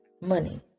money